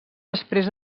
després